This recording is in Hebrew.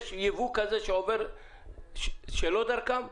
יש יבוא כזה שלא דרכם?